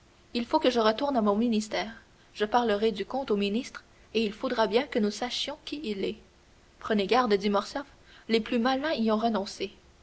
il faut que je retourne à mon ministère je parlerai du comte au ministre et il faudra bien que nous sachions qui il est prenez garde dit morcerf les plus malins y ont renoncé